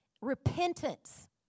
repentance